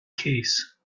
case